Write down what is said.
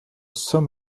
some